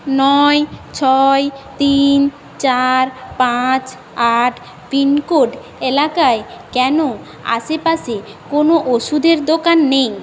নয় ছয় তিন চার পাঁচ আট পিনকোড এলাকায় কেন আশেপাশে কোনো ওষুধের দোকান নেই